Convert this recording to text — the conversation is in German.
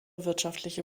wirtschaftliche